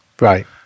Right